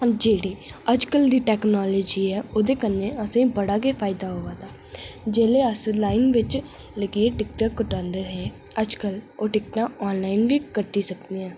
जेहड़ी अजकल दी टेकनाॅलिजी ऐ ओहदे कन्नै असें बड़ा गै फायदा होआ दा जेल्लै अस लाइन बिच लग्गियै टिकटां कटांदे हे अजकल टिकटां आनॅलाइन बी कट्टी सकने आं